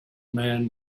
man